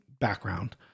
background